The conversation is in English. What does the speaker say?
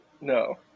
no